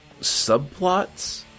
subplots